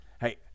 Hey